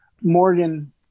Morgan